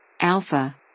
Alpha